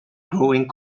growing